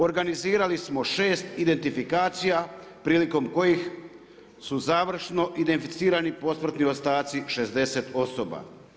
Organizirali smo 6 identifikacija prilikom kojih su završno identificirani posmrtni ostaci 60 osoba.